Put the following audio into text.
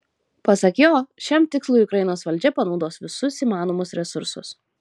pasak jo šiam tikslui ukrainos valdžia panaudos visus įmanomus resursus